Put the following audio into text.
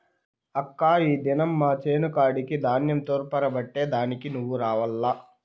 అక్కా ఈ దినం మా చేను కాడికి ధాన్యం తూర్పారబట్టే దానికి నువ్వు రావాల్ల